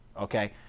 Okay